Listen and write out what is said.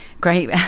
great